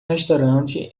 restaurante